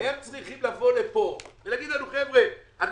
הם צריכים לבוא לפה ולהגיד לנו: אנחנו